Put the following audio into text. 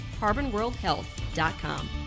CarbonWorldHealth.com